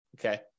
okay